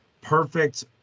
perfect